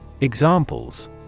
Examples